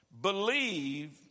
believe